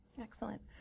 Excellent